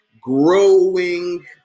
Growing